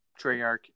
Treyarch